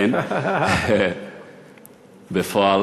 קודם כול